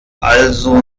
also